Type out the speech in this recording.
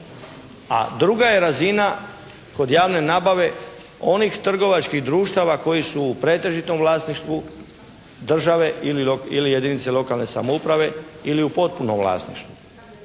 a druga je razina kod javne nabave onih trgovačkih društava koji su u pretežitom vlasništvu države ili jedinice lokalne samouprave ili u potpunom vlasništvu.